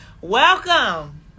welcome